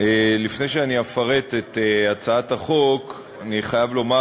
לפני שאני אפרט את הצעת החוק אני חייב לומר